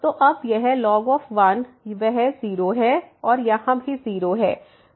तो अब यह ln 1 वह 0 है और यहां भी 0 है